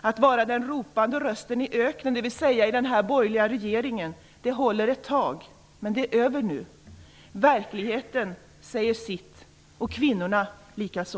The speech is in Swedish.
Att vara den ropande rösten i öknen, dvs. i den här borgerliga regeringen, håller ett tag. Men det är över nu. Verkligheten säger sitt och kvinnorna likaså.